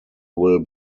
wil